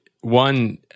one